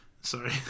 Sorry